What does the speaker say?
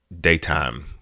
daytime